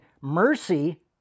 mercy